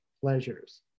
pleasures